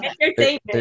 Entertainment